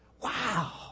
Wow